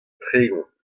tregont